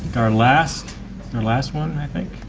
our last our last one, i think.